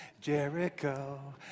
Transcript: Jericho